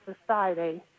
society